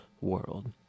world